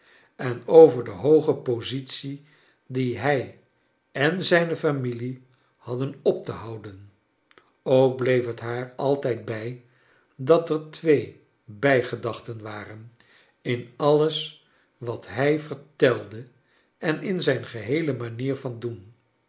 en over de hooge positie die hij en zijne familie hadden op te houden ook bleef het haar altijd bij dat er twee brjgedachten waren in alles wat hij vertelde en in zijn geheele manier van doen